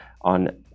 on